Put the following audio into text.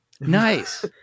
Nice